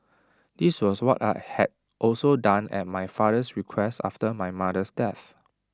this was what I had also done at my father's request after my mother's death